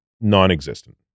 non-existent